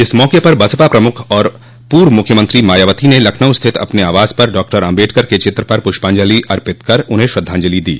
इस मौक पर बसपा प्रमुख और पूर्व मुख्यमंत्री मायावती ने लखनऊ स्थित अपने आवास पर डॉक्टर आम्बेडकर के चित्र पर पुष्पांजलि अर्पित कर उन्हें श्रद्धांजलि दी